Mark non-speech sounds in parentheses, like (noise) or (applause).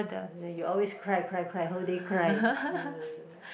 (noise) you always cry cry cry whole day cry uh